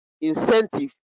incentive